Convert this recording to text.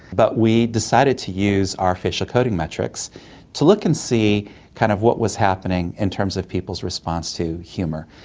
but we decided to use our official coding metrics to look and see kind of what was happening in terms of people's response to humour.